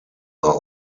are